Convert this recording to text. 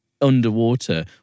underwater